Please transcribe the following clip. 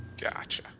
Gotcha